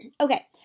Okay